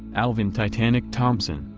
alvin titanic thompson,